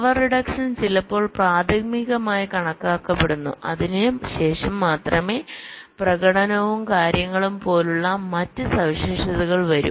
power reduction ചിലപ്പോൾ പ്രാഥമികമായി കണക്കാക്കപ്പെടുന്നു അതിനുശേഷം മാത്രമേ പ്രകടനവും കാര്യങ്ങളും പോലുള്ള മറ്റ് സവിശേഷതകൾ വരൂ